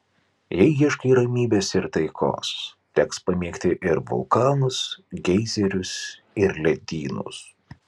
jei ieškai ramybės ir taikos teks pamėgti ir vulkanus geizerius ir ledynus